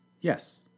Yes